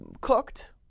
cooked